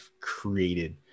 created